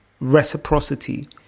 reciprocity